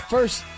First